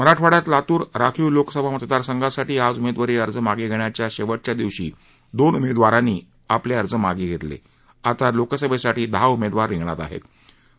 मराठवाड्यात लातूर राखीव लोकसभा मतदारसंघासाठी आज उमेदवारी मागे घेण्याच्या शेवटच्या दिवशी दोन उमेदवारांनी उमेदवारी अर्ज मागे घेतल्याने लातूर लोकसभेसाठी दहा उमेदवार रिंगणात उरले आहेत